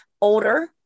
older